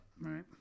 right